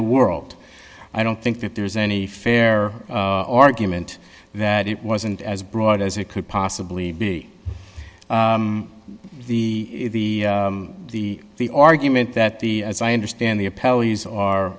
the world i don't think that there's any fair argument that it wasn't as broad as it could possibly be the the the argument that the as i understand the